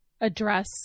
address